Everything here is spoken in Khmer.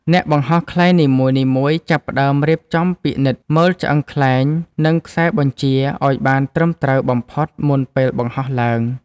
អ្នកបង្ហោះខ្លែងនីមួយៗចាប់ផ្ដើមរៀបចំពិនិត្យមើលឆ្អឹងខ្លែង និងខ្សែបញ្ជាឱ្យបានត្រឹមត្រូវបំផុតមុនពេលបង្ហោះឡើង។